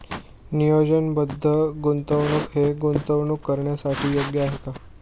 नियोजनबद्ध गुंतवणूक हे गुंतवणूक करण्यासाठी योग्य आहे का?